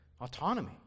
autonomy